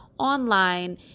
online